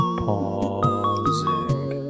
pausing